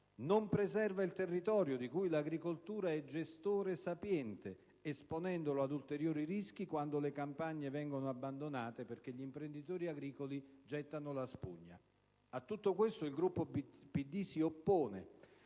non preserva il territorio di cui l'agricoltura è gestore sapiente, esponendolo ad ulteriori rischi quando le campagne vengono abbandonate perché gli imprenditori agricoli gettano la spugna. A tutto questo il Gruppo del PD si oppone,